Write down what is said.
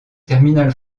terminal